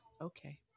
Okay